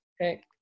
Okay